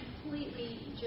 completely